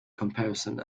comparison